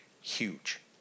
huge